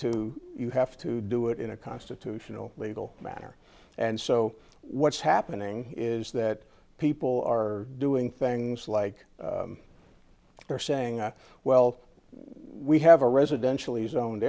to you have to do it in a constitutional legal matter and so what's happening is that people are doing things like they're saying well we have a residential